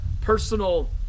personal